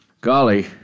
Golly